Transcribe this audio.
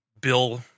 Bill